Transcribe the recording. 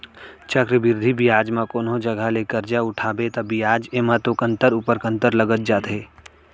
चक्रबृद्धि बियाज म कोनो जघा ले करजा उठाबे ता बियाज एमा तो कंतर ऊपर कंतर लगत जाथे